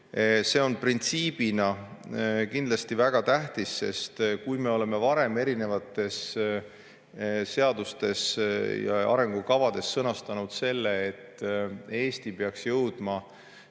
See on printsiibina kindlasti väga tähtis, sest kui me oleme varem seadustes ja arengukavades sõnastanud selle, et Eesti peaks jõudma